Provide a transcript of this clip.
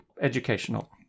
educational